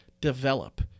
develop